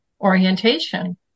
orientation